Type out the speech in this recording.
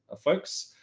folks.